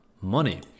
money